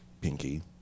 pinky